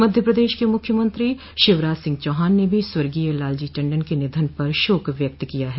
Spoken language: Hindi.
मध्य प्रदेश के मुख्यमंत्री शिवराज सिंह चौहान ने भी स्वर्गीय लालजी टंडन के निधन पर शोक व्यक्त किया है